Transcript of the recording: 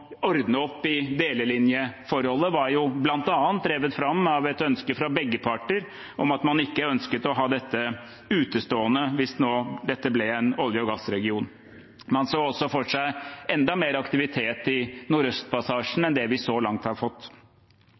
opp i delelinjeforholdet var bl.a. drevet fram av et ønske fra begge parter. Man ønsket ikke å ha dette utestående hvis nå dette ble en olje- og gassregion. Man så også for seg enda mer aktivitet i Nordøstpassasjen enn det vi så langt har fått.